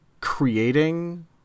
creating